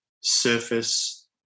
surface